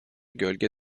gölge